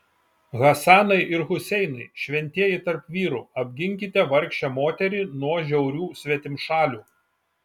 hasanai ir huseinai šventieji tarp vyrų apginkite vargšę moterį nuo žiaurių svetimšalių